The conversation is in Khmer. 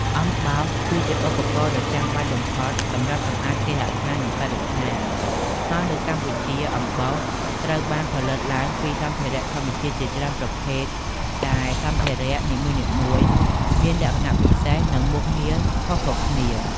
អំបោស គឺជាឧបករណ៍ដ៏ចាំបាច់បំផុតសម្រាប់សម្អាតគេហដ្ឋាន និងបរិស្ថាន ហើយនៅកម្ពុជា អំបោសត្រូវបានផលិតឡើងពីសម្ភារៈធម្មជាតិជាច្រើនប្រភេទ ដែលសម្ភារៈនីមួយៗមានលក្ខណៈពិសេស និងមុខងារខុសៗគ្នា។